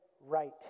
right